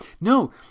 No